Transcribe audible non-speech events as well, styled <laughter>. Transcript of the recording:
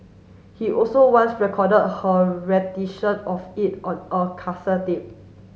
he also once record her rendition of it on a <unintelligible>